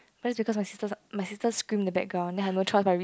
that's because my sister my sister scream the background then i have no choice but i really